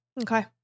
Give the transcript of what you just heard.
Okay